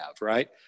right